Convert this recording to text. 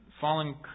fallen